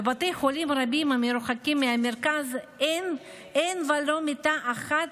בבתי חולים רבים המרוחקים מהמרכז אין ולו מיטה אחת